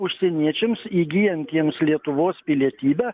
užsieniečiams įgyjantiems lietuvos pilietybę